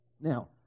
Now